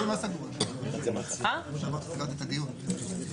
השאלה אם יימשך הדיון עכשיו.